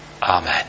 Amen